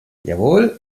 jawohl